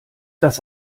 das